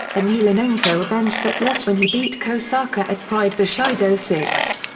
emelianenko avenged that loss when he beat kohsaka at pride bushido six.